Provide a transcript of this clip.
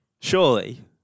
Surely